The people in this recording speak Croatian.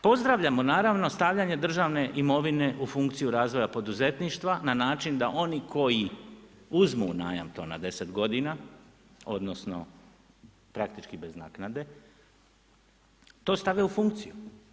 Pozdravljamo naravno stavljanje državne imovine u funkciju razvoja poduzetništva na način da oni koji uzmu u najam to na 10 godina, odnosno praktički bez naknade to stave u funkciju.